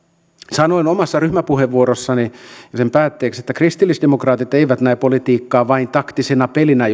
sanoin omassa ryhmäpuheenvuorossani sen päätteeksi että kristillisdemokraatit eivät näe politiikkaa vain taktisena pelinä